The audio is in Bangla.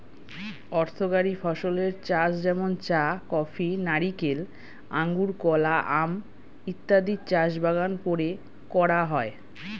অর্থকরী ফসলের চাষ যেমন চা, কফি, নারিকেল, আঙুর, কলা, আম ইত্যাদির চাষ বাগান করে করা হয়